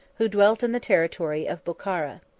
who dwelt in the territory of bochara.